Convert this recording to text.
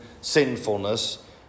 sinfulness